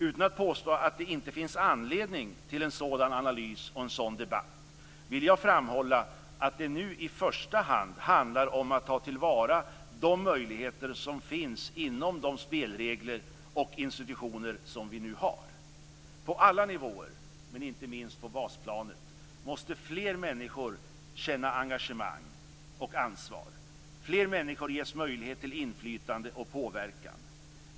Utan att påstå att det inte finns anledning till en sådan analys och debatt, vill jag framhålla att det nu i första hand handlar om att ta till vara de möjligheter som finns inom de spelregler och institutioner vi har. På alla nivåer, men inte minst på basplanet, måste fler människor känna engagemang och ansvar, fler ges möjlighet till inflytande och påverkan.